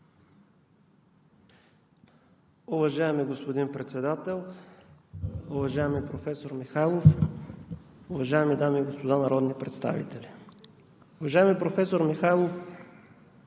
Уважаеми господин Председател, уважаеми професор Михайлов, уважаеми дами и господа народни представители! Уважаеми професор Михайлов,